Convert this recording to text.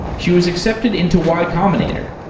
she was accepted into y combinator,